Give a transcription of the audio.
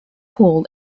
hall